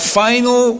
final